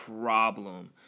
problem